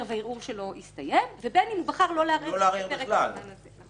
והערעור שלו הסתיים ובין אם בחר לא לערער בפרק הזמן הזה?